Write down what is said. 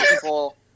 people